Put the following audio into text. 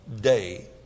day